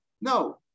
No